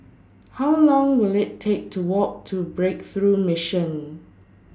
How Long Will IT Take to Walk to Breakthrough Mission